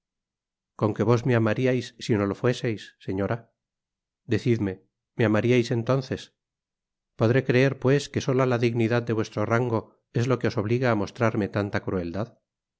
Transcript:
con que vos me amaríais si no lo fueseis señora decidme me amaríais entonces podré creer pues que sola la dignidad de vuestro rango es lo que os obliga á mostrarme tanta crueldad